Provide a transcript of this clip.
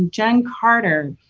and jen carter.